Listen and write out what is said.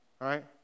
right